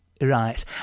Right